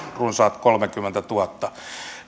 runsaat kolmekymmentätuhatta